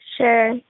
Sure